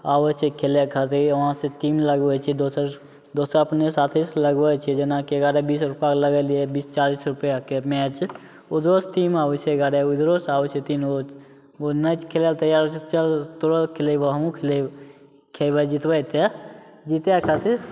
आबै छै खेले खातिर वहाँसे टीम लगबै छिए दोसर दोसर अपने साथीसे लगबै छिए जेनाकि एगारह बीस रुपाके लगेलिए बीस चालिस रुपैआके मैच उधरोसे टीम आबै छै एगारह गो उधरोसे आबै छै तीन गो नहि खेलैले तैआर होइ छै तऽ चल तोहरो खेलेबौ हमहूँ खेलब खेलबै जितबै तऽ जितै खातिर